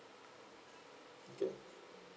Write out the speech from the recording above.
okay